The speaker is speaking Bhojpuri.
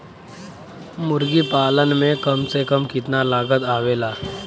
मुर्गी पालन में कम से कम कितना लागत आवेला?